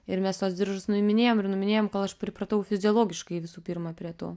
ir mes tuos diržus nuiminėjom ir nuiminėjom kol aš pripratau fiziologiškai visų pirma prie to